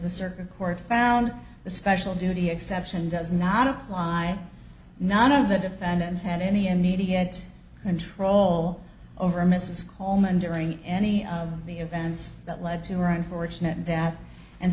the circuit court found the special duty exception does not apply none of the defendants had any immediate control over mrs coleman during any of the events that led to her unfortunate death and